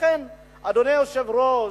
אדוני היושב-ראש,